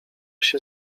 się